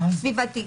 סביבתית.